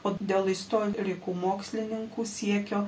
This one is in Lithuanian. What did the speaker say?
o dėl istorikų mokslininkų siekio